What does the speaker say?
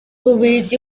bubiligi